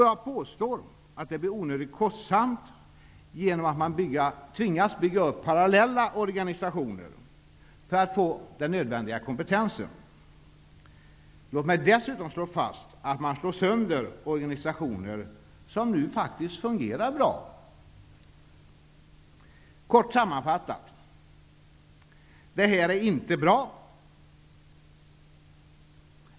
Jag påstår att det blir onödigt kostsamt, eftersom man tvingas bygga upp parallella organisationer för att få den nödvändiga kompetensen. Låt mig dessutom slå fast att man slår sönder organisationer som fungerar bra nu. Sammanfattningsvis är förslaget inte bra.